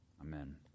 Amen